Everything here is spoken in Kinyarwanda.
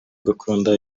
gukunda